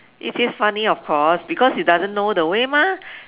it is funny of course because he doesn't know the way mah